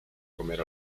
comer